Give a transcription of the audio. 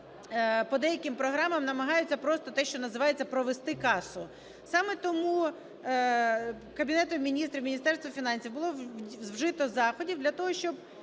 по деяким програмам намагаються просто те що називається провести касу. Саме тому Кабінетом Міністрів, Міністерством фінансів було вжито заходів для того, щоб